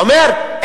הוא אומר,